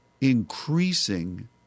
increasing